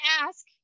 ask